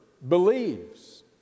believes